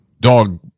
dog